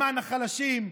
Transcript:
למען החלשים.